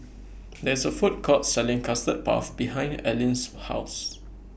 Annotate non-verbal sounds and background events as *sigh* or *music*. *noise* There IS A Food Court Selling Custard Puff behind Aline's House